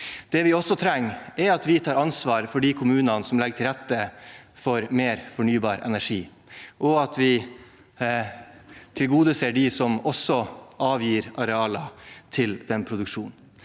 vi tar ansvar for de kommunene som legger til rette for mer fornybar energi, og at vi tilgodeser dem som avgir arealer til denne produksjonen.